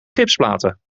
gipsplaten